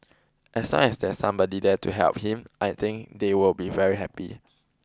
as long as there's somebody there to help him I think they will be very happy